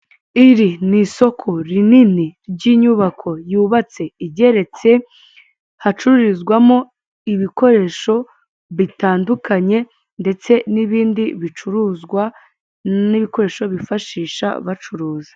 Iri ni isoko rinini ry'inyubako yubatse igeretse, hacurururizwamo ibikoresho bitandukanye, ndetse n'ibindi bicuruzwa n'ibikoresho bifashishwa bacuruza.